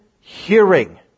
hearing